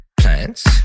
Plants